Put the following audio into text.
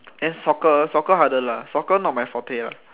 then soccer soccer harder lah soccer not my forte lah